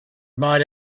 might